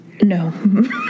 No